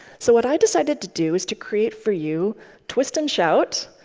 so what i decided to do is to create for you twist and shout,